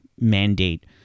mandate